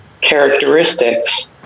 characteristics